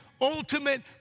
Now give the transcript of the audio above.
ultimate